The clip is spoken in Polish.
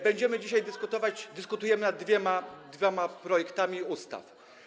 Będziemy dzisiaj dyskutować, dyskutujemy nad dwoma projektami ustaw.